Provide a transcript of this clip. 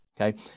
Okay